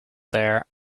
there